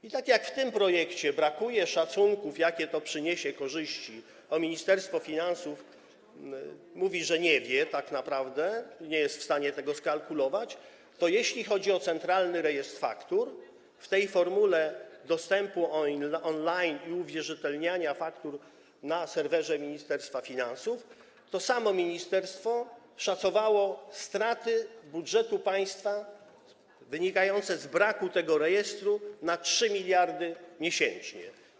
I tak jak w tym projekcie brakuje szacunków, jakie to przyniesie korzyści, a Ministerstwo Finansów mówi, że nie wie tak naprawdę, nie jest w stanie tego skalkulować, to jeżeli chodzi o Centralny Rejestr Faktur w tej formule dostępu on-line i uwierzytelniania faktur na serwerze Ministerstwa Finansów, samo ministerstwo szacowało straty budżetu państwa wynikające z braku tego rejestru na 3 mld miesięcznie.